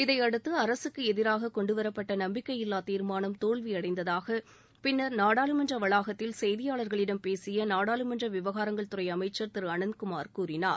இதையடுத்து அரசுக்கு எதிராக கொண்டு வரப்பட்ட நம்பிக்கையில்லா தீர்மானம் தோல்வியடைந்ததாக பின்னர் நாடாளுமன்ற வளாகத்தில் செய்தியாளர்களிடம் பேசிய நாடாளுமன்ற விவகாரங்கள் துறை அமைச்சர் திரு அனந்தகுமார் கூறினார்